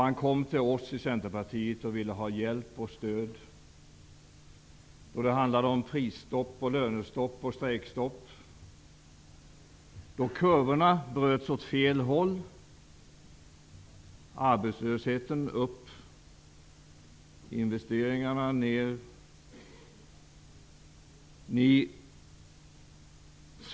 Han kom till oss i Centerpartiet och ville ha hjälp och stöd då det handlade om pris-, löne och strejkstopp och då kurvorna bröts åt fel håll. Arbetslösheten gick upp och investeringarna ner.